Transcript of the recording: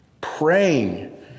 praying